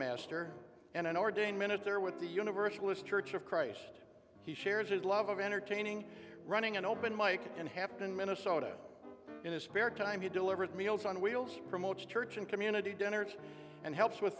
master and an ordained minister with the universalist church of christ he shares his love of entertaining running an open mike and happen in minnesota in his spare time he delivered meals on wheels promotes church and community dinners and helps with